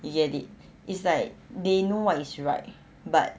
you get it it's like they know what is right but